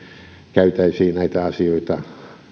käytäisiin näitä asioita